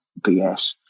BS